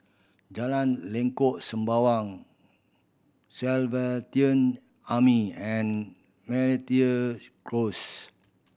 Jalan Lengkok Sembawang Salvation Army and Close